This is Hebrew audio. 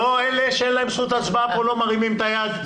לא, אלה שאין להם זכות הצבעה פה לא מרימים את היד.